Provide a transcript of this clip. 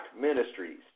Ministries